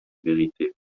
vérité